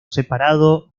separado